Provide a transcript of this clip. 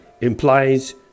implies